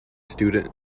student